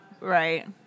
Right